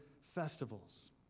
festivals